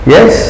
Yes